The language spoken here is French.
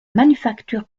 manufacture